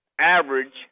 average